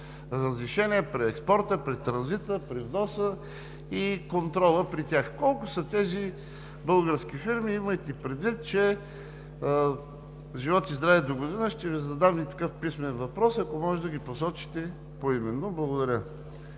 разрешение при експорта, при транзита, при вноса и контрола при тях. Колко са тези български фирми, имайки предвид, че, живот и здраве, догодина ще Ви задам и такъв писмен въпрос? Ако може да ги посочите поименно. Благодаря.